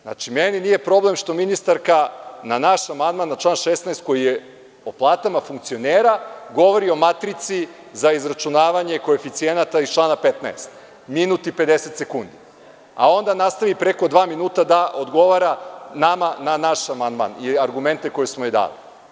Znači, meni nije problem što ministarka na naš amandman na član 16, koji je o platama funkcionera, govori o matrici za izračunavanje koeficijenata iz člana 15 minut i 50 sekundi, a onda nastavi preko dva minuta da odgovara nama na naš amandman i argumente koje smo joj dali.